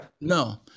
No